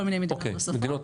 כל מיני מדינות נוספות,